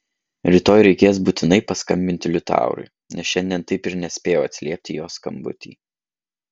rytoj reikės būtinai paskambinti liutaurui nes šiandien taip ir nespėjau atsiliepti į jo skambutį